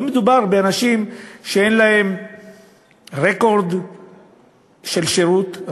לא מדובר באנשים שאין להם רקורד של שירות,